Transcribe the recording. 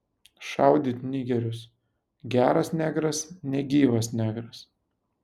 šaudyt nigerius geras negras negyvas negras